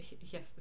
Yes